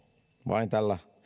vain tällä